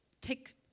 Take